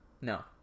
No